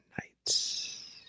nights